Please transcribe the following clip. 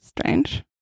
strange